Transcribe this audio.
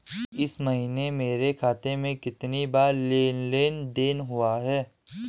इस महीने मेरे खाते में कितनी बार लेन लेन देन हुआ है?